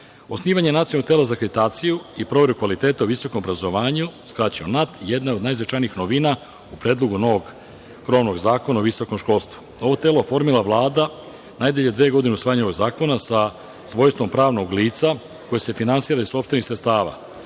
članova. Osnivanje nacionalnog tela za akreditaciju i proveru kvaliteta o visokom obrazovanju skraćeno „NAT“ jedna je od najznačajnijih novina u predlogu novog krovnog zakona o visokom školstvu. Ovo telo formira Vlada najdalje dve godine od usvajanja ovog zakona sa svojstvom pravnog lica koje se finansira iz sopstvenih sredstava,